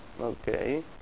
Okay